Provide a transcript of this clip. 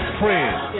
friends